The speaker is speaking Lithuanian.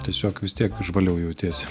tiesiog vis tiek žvaliau jautiesi